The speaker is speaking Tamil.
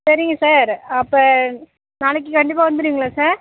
சரிங்க சார் அப்போ நாளைக்கு கண்டிப்பாக வந்துருவீங்களா சார்